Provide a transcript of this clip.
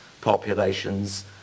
populations